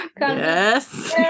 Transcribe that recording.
Yes